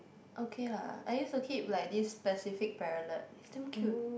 okay lah I used to keep like this pacific Parrotlet it's damn cute